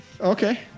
Okay